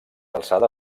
alçada